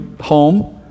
home